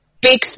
big